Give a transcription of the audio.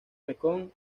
mekong